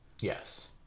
Yes